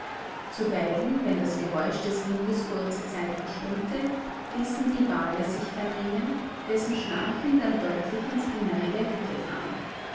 zuweilen wenn das geräusch des windes kurze zeit verstummte ließen die wale sich vernehmen deren schnarchen dann deutlich ins innere der hütte drang